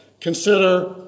Consider